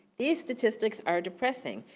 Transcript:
these statistics are depressing.